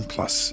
Plus